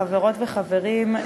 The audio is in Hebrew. חברות וחברים,